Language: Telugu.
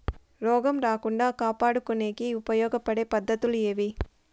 రోగం రాకుండా కాపాడుకునేకి ఉపయోగపడే పద్ధతులు ఏవి?